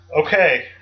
okay